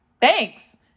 thanks